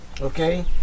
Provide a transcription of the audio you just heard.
Okay